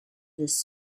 this